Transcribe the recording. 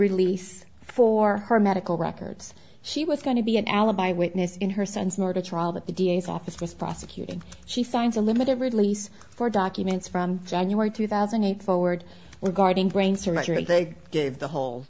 release for her medical records she was going to be an alibi witness in her son's murder trial that the d a s office was prosecuting she finds a limited release for documents from january two thousand and eight forward were guarding brain surgery they gave the whole